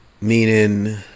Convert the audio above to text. meaning